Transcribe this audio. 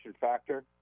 factor